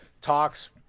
Talks